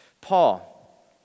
Paul